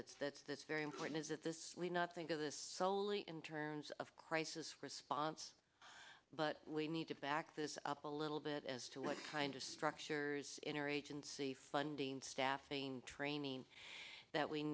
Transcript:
that's that's that's very important is that this we not think of this slowly in terms of crisis response but we need to back this up a little bit as to what kind of structures inner agency funding staffing training that we